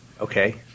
Okay